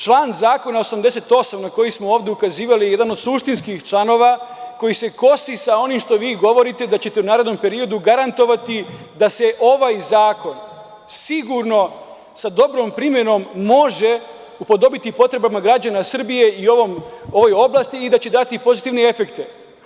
Član zakona 88, na koji smo ovde ukazivali, je jedan od suštinskih članova koji se kosi sa onim što vi govorite da ćete u narednom periodu garantovati da se ovaj zakon sigurno, sa dobrom primenom, može upodobiti potrebama građana Srbije i ovoj oblasti i da će dati pozitivne efekte.